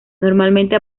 normalmente